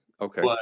okay